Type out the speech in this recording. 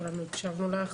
כולנו הקשבנו לך.